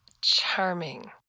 Charming